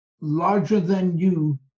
larger-than-you